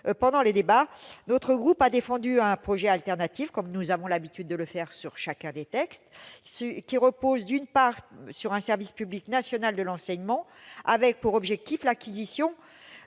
Pendant les débats, notre groupe a défendu un projet alternatif, comme nous avons l'habitude de le faire pour chaque texte examiné. Celui-ci reposait, d'une part, sur un service public national de l'enseignement, ayant pour objectif l'acquisition